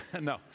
No